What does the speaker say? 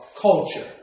culture